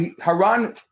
Haran